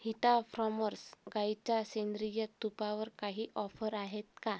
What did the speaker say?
हिटा farmers गाईच्या सेंद्रिय तुपावर काही ऑफर आहेत का